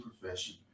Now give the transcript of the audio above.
profession